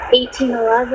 1811